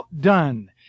done